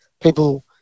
people